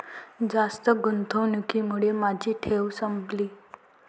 जास्त गुंतवणुकीमुळे माझी ठेव संपली